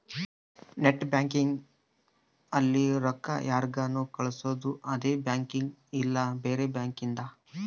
net banking ಅಲ್ಲಿ ರೊಕ್ಕ ಯಾರ್ಗನ ಕಳ್ಸೊದು ಅದೆ ಬ್ಯಾಂಕಿಂದ್ ಇಲ್ಲ ಬ್ಯಾರೆ ಬ್ಯಾಂಕಿಂದ್